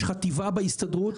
יש חטיבה בהסתדרות,